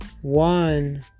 One